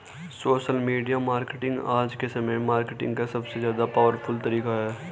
social media marketing आज के समय में मार्केटिंग का सबसे ज्यादा पॉवरफुल तरीका है